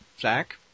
Zach